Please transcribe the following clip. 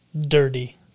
dirty